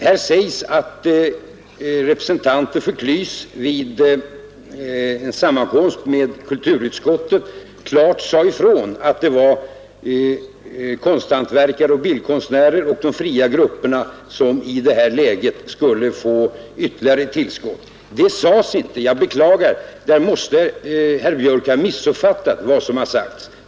Det påstås här att representanter för KLYS vid en sammankomst med kulturutskottet klart sade ifrån att det var konsthantverkare, bildkonstnärer och de fria grupperna som i detta läge skulle få ytterligare ett tillskott. Något sådant uttalande gjordes inte. Där måste herr Björk ha missuppfattat vad som sades.